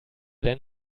denn